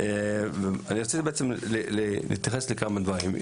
רציתי להתייחס לכמה דברים.